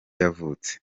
yavutse